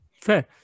Fair